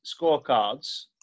scorecards